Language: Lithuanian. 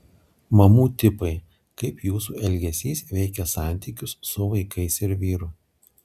mamų tipai kaip jūsų elgesys veikia santykius su vaikais ir vyru